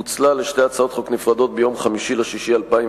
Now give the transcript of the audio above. פוצלה לשתי הצעות חוק נפרדות ביום 5 ביוני